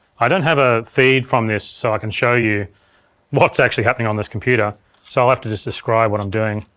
i don't have a feed from this so i can show you what's actually happening on this computer so i'll have to just describe what i'm doing.